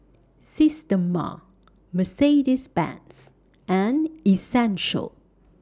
Systema Mercedes Benz and Essential